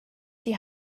die